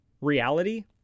reality